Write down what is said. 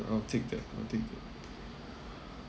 I will take that I will take that